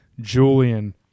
Julian